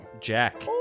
Jack